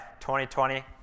2020